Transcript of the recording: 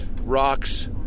rocks